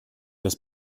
das